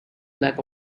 lack